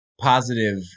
positive